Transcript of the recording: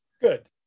Good